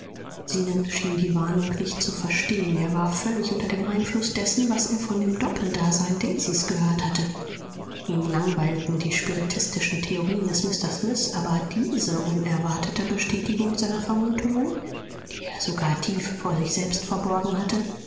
zenon schien die warnung nicht zu verstehen er war völlig unter dem einfluß dessen was er von dem doppeldasein daisys gehört hatte ihn langweilten die spiritistischen theorien des mr smith aber diese unerwartete bestätigung seiner vermutungen die er sogar tief vor sich selbst verborgen hatte